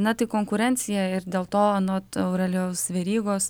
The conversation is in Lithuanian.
na tai konkurencija ir dėl to anot aurelijaus verygos